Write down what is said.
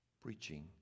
Preaching